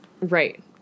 Right